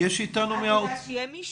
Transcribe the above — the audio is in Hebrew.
את יודעת שיהיה מישהו?